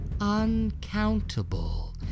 uncountable